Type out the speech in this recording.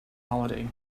holiday